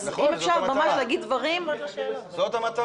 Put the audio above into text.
אז אם אפשר ממש להגיד דברים --- זאת המטרה.